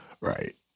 right